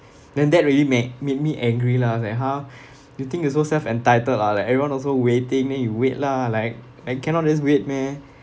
then that really made made me angry lah I was like !huh! you think you're so self-entitled lah like everyone also waiting then you wait lah like like cannot just wait meh